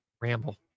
ramble